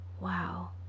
wow